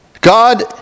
God